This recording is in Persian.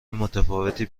متفاوتی